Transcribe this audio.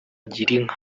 girinka